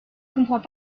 comprends